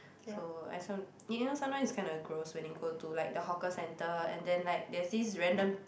so as long you know sometimes it's kind of gross when you go to like the hawker center and then like there's this random